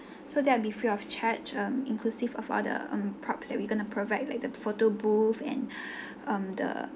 so there will be free of charge um inclusive of all the um props that we're going to provide like the photo booth and um the